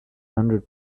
hundred